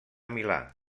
milà